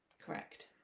Correct